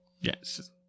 Yes